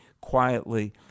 quietly